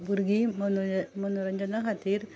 भुरगीं मनो मनोरंजना खातीर